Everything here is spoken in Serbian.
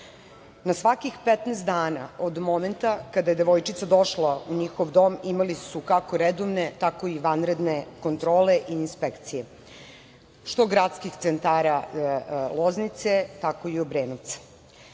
svakih 15 dana od momenta kada je devojčica došla u njihov dom imali su kako redovne, tako i vanredne kontrole i inspekcije, što gradskih centara Loznice, tako i Obrenovca. Danijela